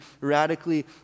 radically